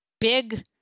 big